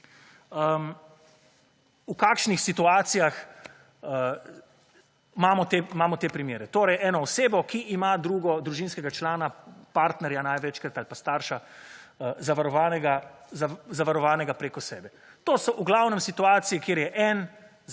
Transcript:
v kakšnih situacijah imamo te primere. Torej eno osebo, ki ima družinskega člana, partnerja največkrat ali pa starša, zavarovanega preko sebe. To so v glavnem situacije, kjer je en